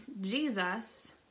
Jesus